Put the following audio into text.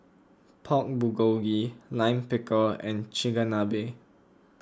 Pork Bulgogi Lime Pickle and Chigenabe